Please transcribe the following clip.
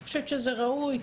אני חושבת שזה ראוי,